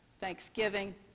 Thanksgiving